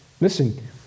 Listen